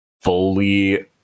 fully